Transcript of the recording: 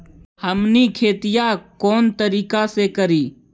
हमनी खेतीया कोन तरीका से करीय?